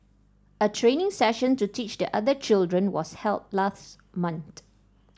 a training session to teach the other children was held last month